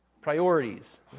priorities